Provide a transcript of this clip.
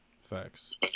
Facts